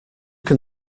can